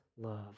love